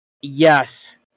Yes